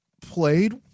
played